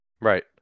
right